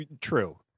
true